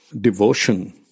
devotion